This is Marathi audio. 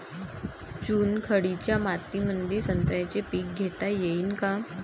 चुनखडीच्या मातीमंदी संत्र्याचे पीक घेता येईन का?